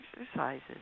exercises